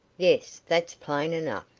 yes, that's plain enough,